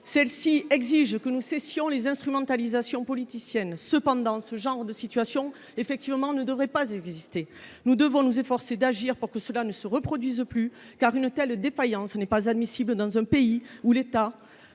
Celle ci exige que nous cessions les instrumentalisations politiciennes. Ce genre de situation ne devrait pas exister. Nous devons nous efforcer d’agir pour que cela ne se reproduise plus, car une telle défaillance n’est pas admissible dans un pays où l’État